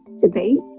debates